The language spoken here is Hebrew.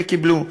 וקיבלו,